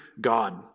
God